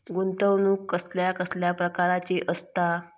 गुंतवणूक कसल्या कसल्या प्रकाराची असता?